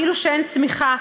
כאילו שאין צמיחה.